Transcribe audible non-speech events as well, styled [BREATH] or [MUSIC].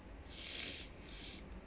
[BREATH] [BREATH]